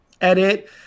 edit